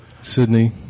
Sydney